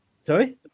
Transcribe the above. Sorry